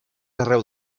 arreu